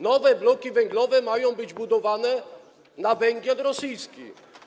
Nowe bloki węglowe mają być budowane na węgiel rosyjski.